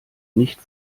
nicht